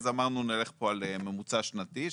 אז אמרנו שנלך פה על ממוצע שנתי,